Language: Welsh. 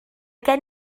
gen